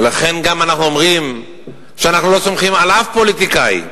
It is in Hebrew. ולכן אנחנו גם אומרים שאנחנו לא סומכים על אף פוליטיקאי,